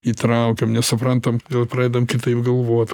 įtraukiam nesuprantam kodėl pradedam kitaip galvot